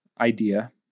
idea